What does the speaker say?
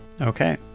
okay